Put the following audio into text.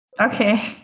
okay